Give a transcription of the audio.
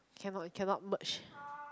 cannot you cannot merge